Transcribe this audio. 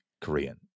Korean